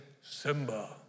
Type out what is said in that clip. Simba